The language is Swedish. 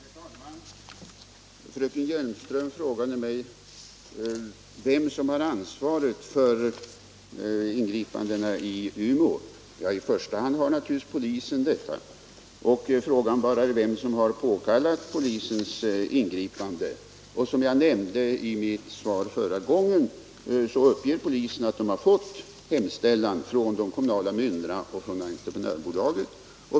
Herr talman! Fröken Hjelmström frågade mig vem som har ansvaret för ingripandet i Umeå. I första hand har naturligtvis polisen det. När det gäller vem som påkallat polisens ingripande vill jag säga att — och jag nämnde det i mitt svar förra gången — polisen uppger att man fått hemställan från de kommunala myndigheterna och från entreprenörbolaget.